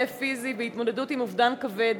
כאב פיזי והתמודדות עם אובדן כבד,